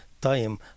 time